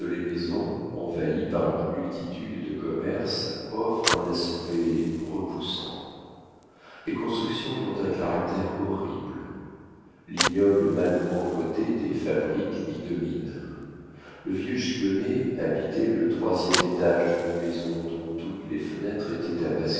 les maisons envahies par une multitude de commerces offrent un aspect repoussant les constructions y ont un caractère horrible l'ignoble malpropreté des fabriques y domine le vieux gigonnet habitait le troisième étage d'une maison dont toutes les fenêtres étaient